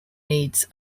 needs